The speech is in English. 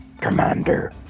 Commander